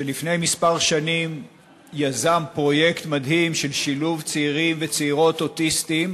שלפני כמה שנים יזם פרויקט מדהים של שילוב צעירים וצעירות אוטיסטים